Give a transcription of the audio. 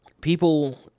people